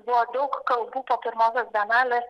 buvo daug kalbų po pirmosios bienalės